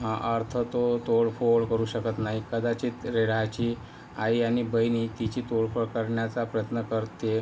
अर्थ तो तोडफोड करू शकत नाही कदाचित रेडाळ्याची आई आणि बहिणही तिची तोडफोड करण्याचा प्रयत्न करते